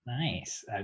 Nice